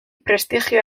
prestigio